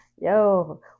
yo